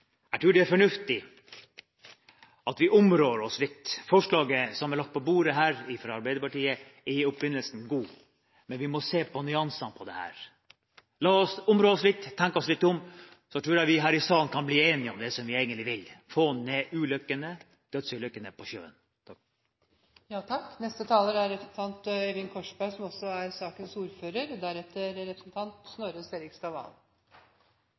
jeg tror det er fornuftig at vi områr oss litt. Forslaget som er lagt på bordet her fra Arbeiderpartiet, er i opprinnelsen godt, men vi må se på nyansene i dette. La oss områ oss litt og tenke oss litt om, så tror jeg vi her i salen kan bli enige om det som vi egentlig vil, å få ned dødsulykkene på sjøen. Det har vært en interessant debatt. Det har vært mange gode innlegg, og det kommer også